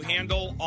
Handle